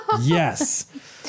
Yes